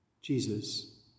Jesus